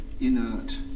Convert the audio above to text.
inert